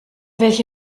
welche